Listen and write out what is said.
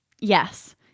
Yes